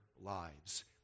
lives